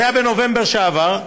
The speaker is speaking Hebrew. זה היה בנובמבר שעבר,